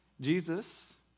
Jesus